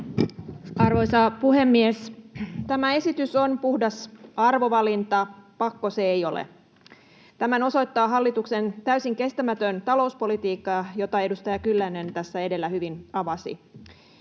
Arvoisa puhemies! Tämä esitys on puhdas arvovalinta, pakko se ei ole. Tämän osoittaa hallituksen täysin kestämätön talouspolitiikka, jota edustaja Kyllönen tässä edellä hyvin avasi.